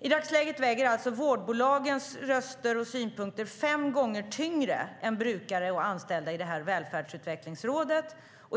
I dagsläget väger alltså vårdbolagens röster och synpunkter fem gånger tyngre än brukares och anställdas i detta välfärdsutvecklingsråd.